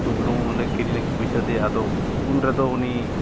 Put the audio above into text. ᱩᱛᱩ ᱵᱩᱞᱩᱝ ᱞᱮ ᱠᱤᱨᱤᱧ ᱯᱚᱭᱥᱟ ᱫᱮᱭᱟ ᱟᱫᱚ ᱩᱱ ᱨᱮᱫᱚ ᱩᱱᱤ